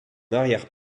arrière